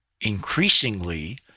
increasingly